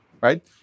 right